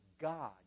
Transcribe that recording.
God